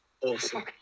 awesome